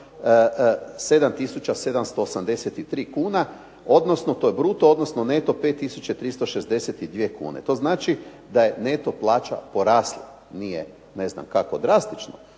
783 kuna, odnosno to je bruto, odnosno neto 5 tisuća 362 kune. To znači da je neto plaća porasla. Nije ne znam kako drastično,